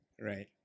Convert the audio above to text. Right